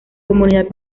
comunidad